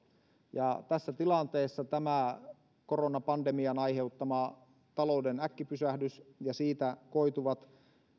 ja tässä tilanteessa tämä koronapandemian aiheuttama talouden äkkipysähdys ja siitä koituvat